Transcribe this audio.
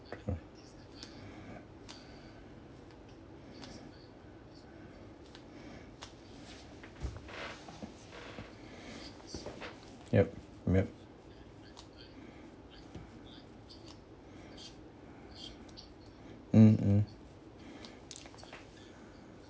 yup yup mm mm